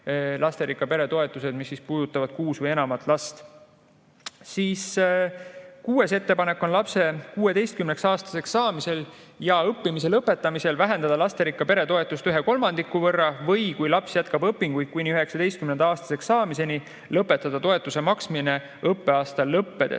lasterikka pere toetused, mis puudutavad enamaid lapsi. Kuues ettepanek on lapse 16-aastaseks saamisel ja õppimise lõpetamisel vähendada lasterikka pere toetust ühe kolmandiku võrra või kui laps jätkab õpinguid kuni 19-aastaseks saamiseni, lõpetada toetuse maksmine õppeaasta lõppedes.